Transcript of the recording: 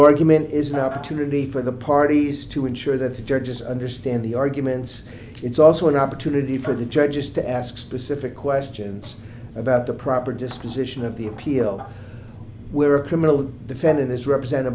argument is now opportunity for the parties to ensure that the judges understand the arguments it's also an opportunity for the judges to ask specific questions about the proper disposition of the appeal where a criminal defendant is represented